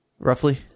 roughly